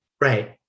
right